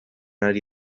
ari